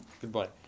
Goodbye